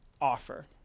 Offer